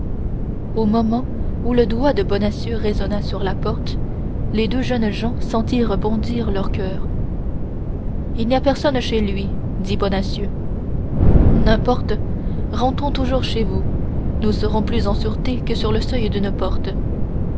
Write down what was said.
au moment où le doigt de bonacieux résonna sur la porte les deux jeunes gens sentirent bondir leurs coeurs il n'y a personne chez lui dit bonacieux n'importe rentrons toujours chez vous nous serons plus en sûreté que sur le seuil d'une porte